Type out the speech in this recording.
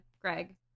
Greg